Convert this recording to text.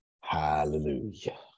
hallelujah